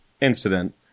incident